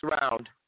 round